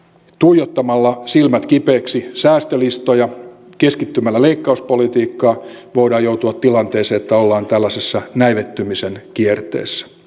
tuijottamalla silmät kipeiksi säästölistoja keskittymällä leikkauspolitiikkaan voidaan joutua tilanteeseen että ollaan näivettymisen kierteessä